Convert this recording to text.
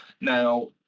Now